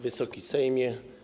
Wysoki Sejmie!